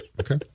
Okay